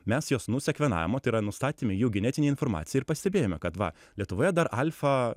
mes juos nusekvenavome o tai yra nustatėme jų genetinę informaciją ir pastebėjome kad va lietuvoje dar alfa